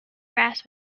grass